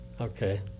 okay